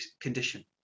condition